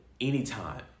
anytime